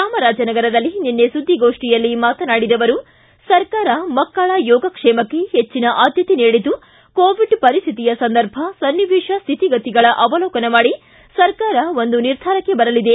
ಚಾಮರಾಜನಗರದಲ್ಲಿ ನಿನ್ನೆ ಸುದ್ವಿಗೋಷ್ಠಿಯಲ್ಲಿ ಮಾತನಾಡಿದ ಅವರು ಸರ್ಕಾರ ಮಕ್ಕಳ ಯೋಗಕ್ಷೇಮಕ್ಕೆ ಹೆಚ್ಚಿನ ಆದ್ಯತೆ ನೀಡಿದ್ದು ಕೋವಿಡ್ ಪರಿಶ್ಠಿತಿಯ ಸಂದರ್ಭ ಸನ್ನಿವೇಶ ಶ್ಠಿತಿಗತಿಗಳ ಅವಲೋಕನ ಮಾಡಿ ಸರ್ಕಾರ ಒಂದು ನಿರ್ಧಾರಕ್ಕೆ ಬರಲಿದೆ